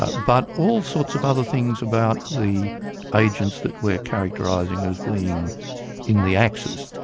ah but all sorts of other things about the agents that we're characterising as being in the axis.